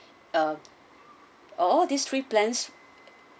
um all these three plans